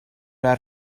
era